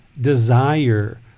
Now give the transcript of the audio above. desire